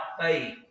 faith